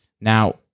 Now